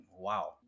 Wow